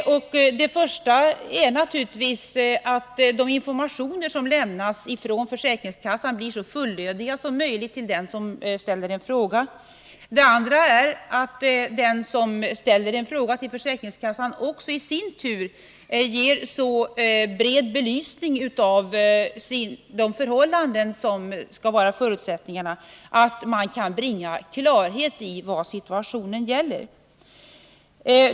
För det första måste naturligtvis de informationer som lämnas från försäkringskassan till den som ställer en fråga vara så fullödiga som möjligt. För det andra måste den som ställer en fråga till försäkringskassan också i sin tur ge så bred upplysning om de förhållanden som utgör förutsättningarna att man kan bringa klarhet i vad situationen gäller.